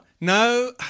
No